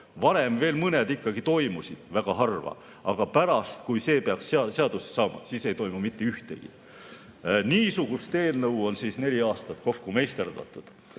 Varem veel mõned ikkagi toimusid, kuigi väga harva, aga pärast seda, kui see peaks seaduseks saama, ei toimu mitte ühtegi. Niisugust eelnõu on neli aastat kokku meisterdatud